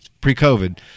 pre-COVID